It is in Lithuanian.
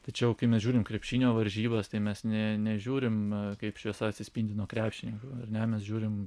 tačiau kai mes žiūrim krepšinio varžybas tai mes ne nežiūrim kaip šviesa atsispindi nuo krepšininkų ar ne mes žiūrim